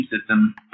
system